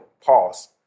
pause